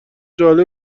جالبه